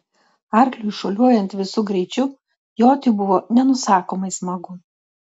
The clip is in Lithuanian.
arkliui šuoliuojant visu greičiu joti buvo nenusakomai smagu